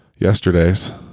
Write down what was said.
yesterday's